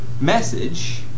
message